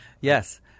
Yes